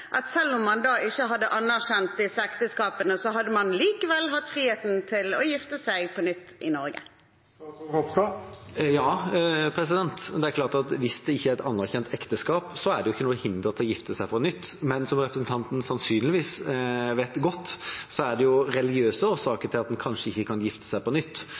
at selv om man ikke hadde anerkjent disse ekteskapene, hadde man likevel hatt friheten til å gifte seg på nytt i Norge? Ja, det er klart at hvis det ikke er et anerkjent ekteskap, så er det jo ikke noe hinder for å gifte seg på nytt. Men som representanten sannsynligvis vet godt, er det jo religiøse årsaker til at en kanskje ikke kan gifte seg på nytt,